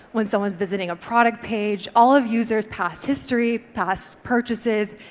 when someone's visiting a product page, all of users past history, past purchases,